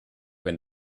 when